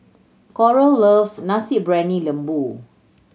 Coral loves Nasi Briyani Lembu